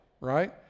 right